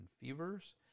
fevers